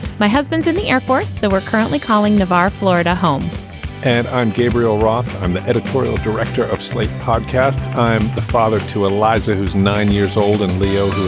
my husband's in the air force, so we're currently calling navar, florida home and i'm gabriel roth. i'm the editorial director of slate podcast. i'm the father to eliza, who's nine years old, and leo, who